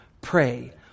pray